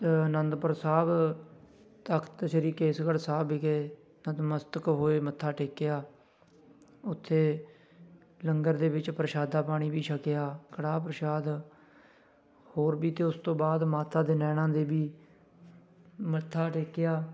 ਅਨੰਦਪੁਰ ਸਾਹਿਬ ਤਖਤ ਸ਼੍ਰੀ ਕੇਸਗੜ੍ਹ ਸਾਹਿਬ ਵਿਖੇ ਨਤਮਸਤਕ ਹੋਏ ਮੱਥਾ ਟੇਕਿਆ ਉੱਥੇ ਲੰਗਰ ਦੇ ਵਿੱਚ ਪ੍ਰਸ਼ਾਦਾ ਪਾਣੀ ਵੀ ਛਕਿਆ ਕੜਾਹ ਪ੍ਰਸ਼ਾਦ ਹੋਰ ਵੀ ਅਤੇ ਉਸ ਤੋਂ ਬਾਅਦ ਮਾਤਾ ਦੇ ਨੈਣਾਂ ਦੇਵੀ ਮੱਥਾ ਟੇਕਿਆ